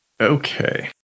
Okay